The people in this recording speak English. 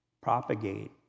propagate